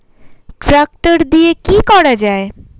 Tractor দিয়ে কি করা যায়?